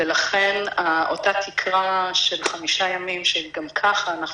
ולכן אותה תקרה של חמישה ימים שגם ככה אנחנו